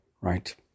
right